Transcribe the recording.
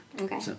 Okay